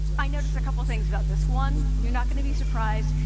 i notice a couple of things about this. one, you're not going to be surprised.